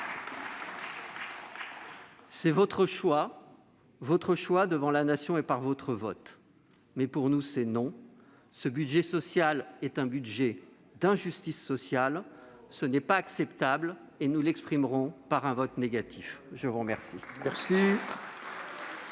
C'est votre choix, que vous avez fait devant la Nation par votre vote. Mais pour nous, c'est non ! Ce budget social est un budget d'injustice sociale ! Ce n'est pas acceptable, et nous l'exprimerons par un vote négatif sur ce texte.